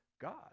God